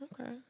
Okay